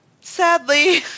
sadly